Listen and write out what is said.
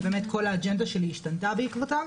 ובאמת כל האג'נדה שלי השתנתה בעקבותיו,